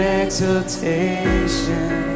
exaltation